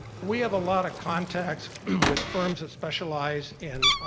we have a lot of contacts with firms that specialize in